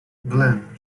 glen